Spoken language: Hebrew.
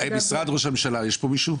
משרד רוה"מ יש פה מישהו?